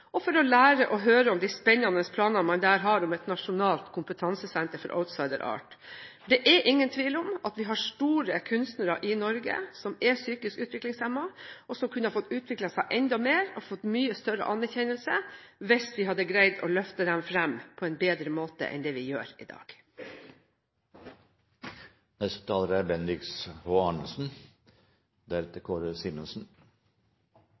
og for å lære og høre om de spennende planene man har der om et nasjonalt kompetansesenter for Outsider Art. Det er ingen tvil om at vi har store kunstnere i Norge som er psykisk utviklingshemmede, og som kunne fått utvikle seg enda mer og fått mye større anerkjennelse hvis vi hadde greid å løfte dem fram på en bedre måte enn det vi gjør i dag.